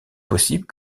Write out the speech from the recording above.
possible